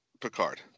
Picard